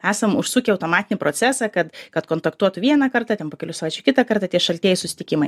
esam užsukę automatinį procesą kad kad kontaktuotų vieną kartą ten po kelių savaičių kitą kartą tie šaltieji susitikimai